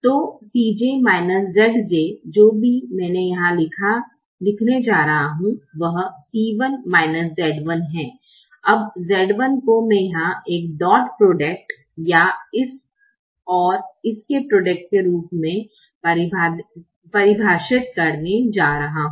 तो Cj minus Zj जो भी मैं यहां लिखने जा रहा हूं वह C 1 माइनस z 1 है अब z 1 को मैं यहा एक डॉट प्रॉडक्ट या इस और इस के प्रॉडक्ट के रूप में परिभाषित करने जा रहा हु